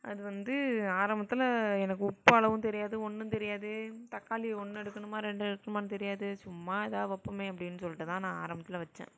அது வந்து ஆரம்பத்தில் எனக்கு உப்பு அளவும் தெரியாது ஒன்றும் தெரியாது தக்காளி ஒன்று எடுக்கணுமா ரெண்டு எடுக்கணுமான்னும் தெரியாது சும்மா ஏதோ வைப்போமே அப்படின்னு சொல்லிட்டு தான் நான் ஆரம்பத்தில் வெச்சேன்